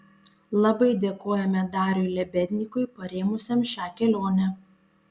labai dėkojame dariui lebednykui parėmusiam šią kelionę